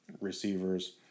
receivers